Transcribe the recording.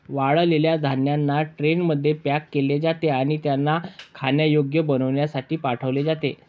वाळलेल्या धान्यांना ट्रेनमध्ये पॅक केले जाते आणि त्यांना खाण्यायोग्य बनविण्यासाठी पाठविले जाते